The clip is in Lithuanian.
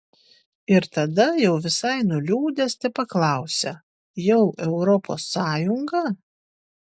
ir tada jau visai nuliūdęs tepaklausia jau europos sąjunga